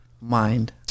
mind